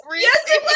Yes